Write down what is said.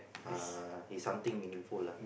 uh is something meaningful lah